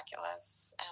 miraculous